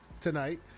tonight